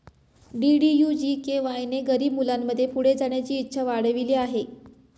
DDU GKY ने गरीब मुलांमध्ये पुढे जाण्याची इच्छा वाढविली आहे